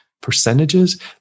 percentages